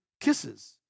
kisses